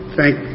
thank